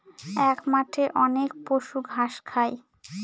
এক মাঠে অনেক পশু ঘাস খায়